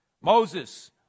Moses